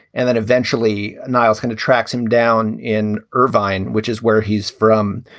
and then eventually niles kind of tracks him down in irvine, which is where he's from.